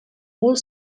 would